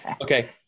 Okay